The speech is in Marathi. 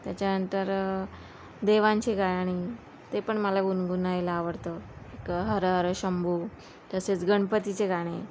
त्याच्यानंतर देवांची गाणी ते पण मला गुणगुणायला आवडतं एक हर हर शंभू तसेच गणपतीचे गाणे